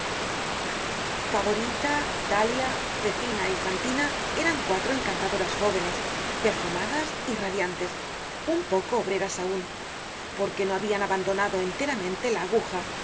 favorita dalia zefina y fantina eran cuatro encantadoras jóvenes perfumadas y radiantes un poco obreras aun porque no habian abandonado enteramente la aguja